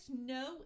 no